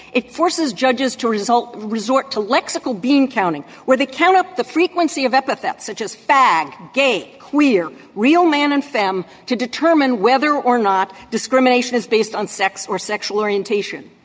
it forces judges to result resort to lexical bean counting where they count up the frequency of epithets such as fag gay queer real man and femme to determine whether or not discrimination is based on sex or sexual orientation.